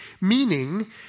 Meaning